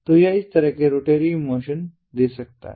तो यह इस तरह से एक रोटरी मोशन दे सकता है